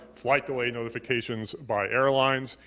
flight delay notifications by airlines,